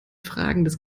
fragendes